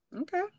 Okay